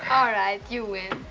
alright you win.